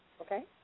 Okay